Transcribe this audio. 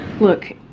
Look